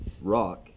rock